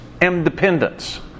independence